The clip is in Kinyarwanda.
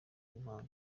b’impanga